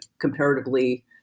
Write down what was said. comparatively